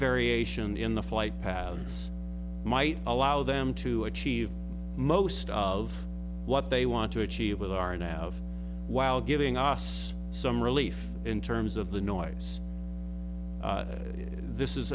variation in the flight paths might allow them to achieve most of what they want to achieve with our now while giving us some relief in terms of the noise this